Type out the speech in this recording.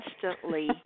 constantly –